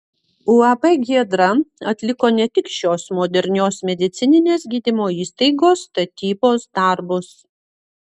uab giedra atliko ne tik šios modernios medicininės gydymo įstaigos statybos darbus